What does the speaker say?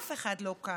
אף אחד לא קם.